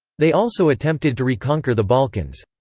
they also attempted to reconquer the balkans.